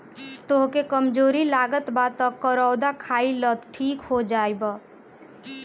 तहके कमज़ोरी लागत बा तअ करौदा खाइ लअ ठीक हो जइब